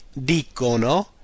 dicono